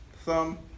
thumb